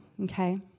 okay